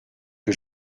que